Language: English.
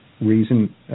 reason